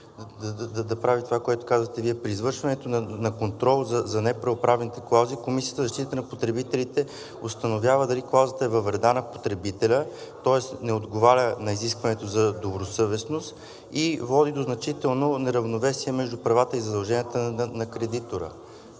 да прави това, което казвате Вие. При извършването на контрол за неравноправните клаузи Комисията за защита на потребителите установява дали клаузата е във вреда на потребителя, тоест не отговаря на изискването за добросъвестност и води до значително неравновесие между правата и задълженията на кредитора.